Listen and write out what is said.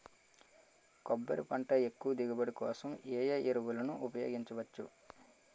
కొబ్బరి పంట ఎక్కువ దిగుబడి కోసం ఏ ఏ ఎరువులను ఉపయోగించచ్చు?